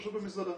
זה בחקירה,